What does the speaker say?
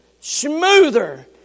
smoother